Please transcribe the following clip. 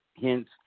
Hence